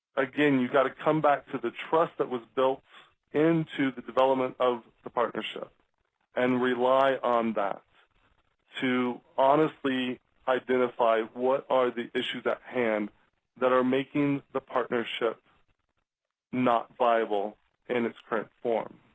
again, you have to come back to the trust that was built into the development of the partnership and rely on that to honestly identify what are the issues at hand that are making the partnership not viable in its current form.